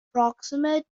approximate